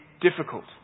difficult